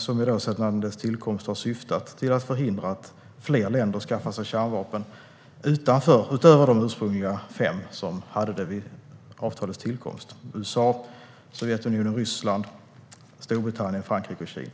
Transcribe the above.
som sedan tillkomsten har syftat till att förhindra att fler länder skaffar sig kärnvapen, utöver de ursprungliga fem som hade det vid avtalets tillkomst - USA, Sovjetunionen/Ryssland, Storbritannien, Frankrike och Kina.